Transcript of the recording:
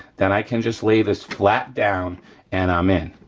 then i can just lay this flat down and i'm in,